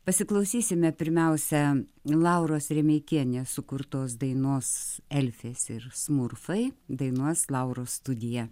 pasiklausysime pirmiausia lauros remeikienės sukurtos dainos elfės ir smurfai dainuos lauros studija